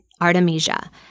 artemisia